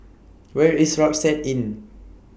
Where IS Rucksack Inn